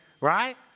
right